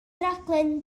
raglen